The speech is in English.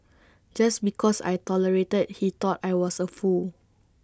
just because I tolerated he thought I was A fool